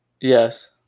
Yes